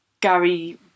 Gary